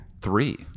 Three